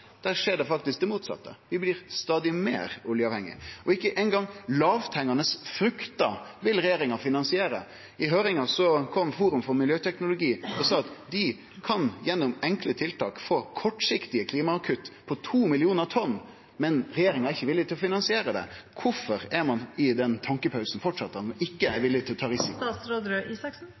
der skjer faktisk det motsette. Vi blir stadig meir oljeavhengig. Og ikkje eingong lågthengjande frukter vil regjeringa finansiere. Til høyringa kom Forum for Miljøteknologi. Dei kan gjennom enkle tiltak få kortsiktige klimakutt på 2 millionar tonn, men regjeringa er ikkje villig til å finansiere det. Kvifor er ein i den tenkjepausen framleis, der ein ikkje er villig til å ta